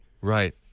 Right